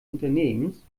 unternehmens